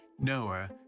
Noah